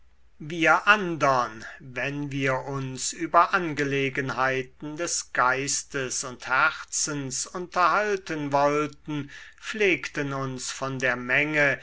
wir andern wenn wir uns über angelegenheiten des geistes und herzens unterhalten wollten pflegten uns von der menge